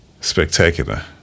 Spectacular